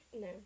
no